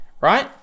Right